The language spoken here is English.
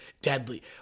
deadly